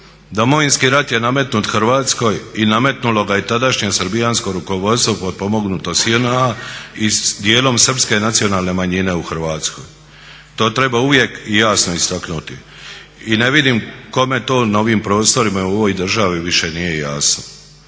Domovinski rat je nametnut Hrvatskoj i nametnulo ga je tadašnje srbijansko rukovodstvo potpomognuto s JNA i djelom srpske nacionalne manjine u Hrvatskoj. To treba uvijek i jasno istaknuti. I ne vidim kome to na ovim prostorima i u ovoj državi više nije jasno?